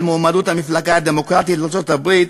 מועמדות המפלגה הדמוקרטית בארצות-הברית,